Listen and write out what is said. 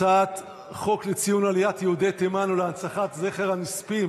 הצעת חוק לציון עליית יהודי תימן ולהנצחת זכר הנספים